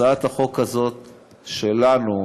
הצעת החוק הזאת שלנו,